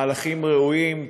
מהלכים ראויים.